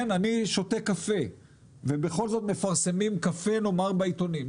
אני שותה קפה ומפרסמים קפה בעיתונים.